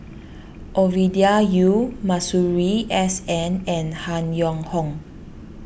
Ovidia Yu Masuri S N and Han Yong Hong